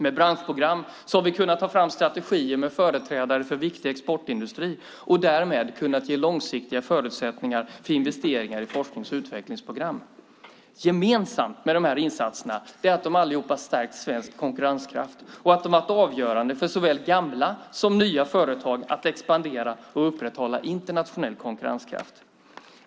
Med branschprogram har vi kunnat ta fram strategier med företrädare för viktig exportindustri och därmed kunnat ge långsiktiga förutsättningar för investeringar i forsknings och utvecklingsprogram. Gemensamt för de här insatserna är att de allihop har stärkt svensk konkurrenskraft och att de har varit avgörande för såväl gamla som nya företag för att kunna expandera och upprätthålla internationell konkurrenskraft.